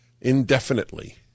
Indefinitely